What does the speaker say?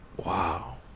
Wow